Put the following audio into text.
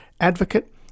advocate